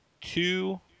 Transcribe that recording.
two